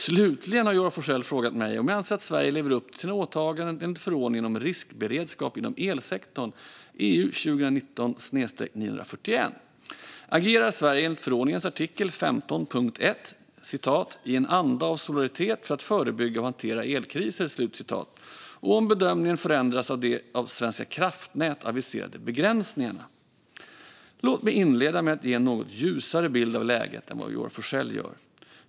Slutligen har Joar Forssell frågat mig om jag anser att Sverige lever upp till sina åtaganden enligt förordningen om riskberedskap inom elsektorn 2019/941, om Sverige agerar enligt förordningens artikel 15.1 "i en anda av solidaritet för att förebygga och hantera elkriser" och om bedömningen förändras av de av Svenska kraftnät aviserade begränsningarna. Låt mig inleda med att ge en något ljusare bild av läget än vad Joar Forssell gör.